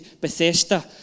Bethesda